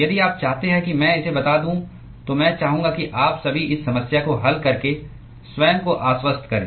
यदि आप चाहते हैं कि मैं इसे बता दूं तो मैं चाहूंगा कि आप सभी इस समस्या को हल करके स्वयं को आश्वस्त करें